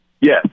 Yes